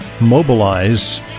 mobilize